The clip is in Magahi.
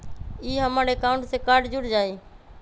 ई हमर अकाउंट से कार्ड जुर जाई?